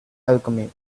alchemy